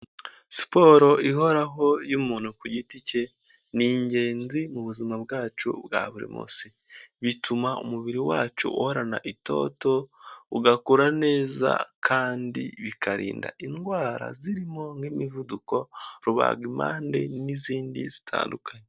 Siporo ihoraho y'umuntu ku giti cye ni ingenzi mu buzima bwacu bwa buri munsi. Bituma umubiri wacu uhorana itoto, ugakora neza kandi bikarinda indwara zirimo nk'imivuduko, rubagimpande n'izindi zitandukanye.